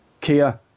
Kia